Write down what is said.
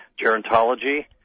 gerontology